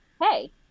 hey